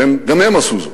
וגם הם עשו זאת.